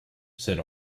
said